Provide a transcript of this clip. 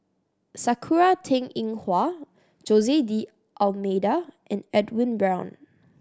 Sakura Teng Ying Hua Jose D'Almeida and Edwin Brown